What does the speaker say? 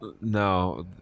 No